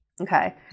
Okay